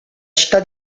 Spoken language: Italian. città